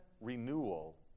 renewal